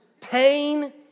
Pain